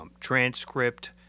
transcript